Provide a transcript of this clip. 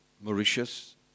Mauritius